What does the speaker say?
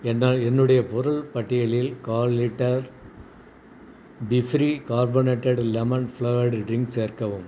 என் என்னுடைய பொருள் பட்டியலில் கால் லிட்டர் பீஃப்ரி கார்பனேட்டட் லெமன் ஃப்ளேவர்டு ட்ரிங்க் சேர்க்கவும்